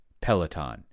Peloton